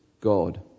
God